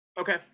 okay